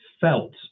felt